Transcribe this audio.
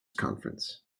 conference